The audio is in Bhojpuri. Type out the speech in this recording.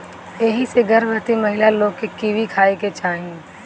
एही से गर्भवती महिला लोग के कीवी खाए के चाही